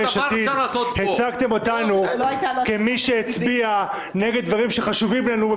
הצגתם אותנו כמי שהצביע נגד דברים שחשובים לנו,